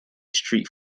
street